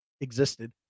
existed